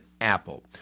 Apple